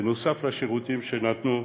בנוסף לשירותים שנתנו,